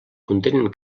contenen